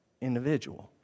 individual